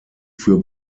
für